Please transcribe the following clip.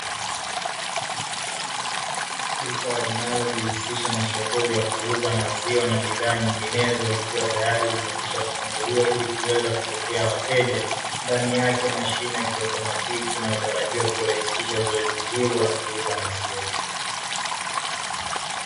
Duka linalojihusisha na shughuli ya kuuza maziwa na bidhaa nyinginezo likiwa teyari limekwisha kufunguliwa ili kuweza kupokea wateja, ndani yake mashine ya kiautomatiki inayotarajiwa kurahisisha zoezi hilo la kuuza maziwa.